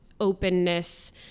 openness